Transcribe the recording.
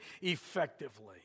effectively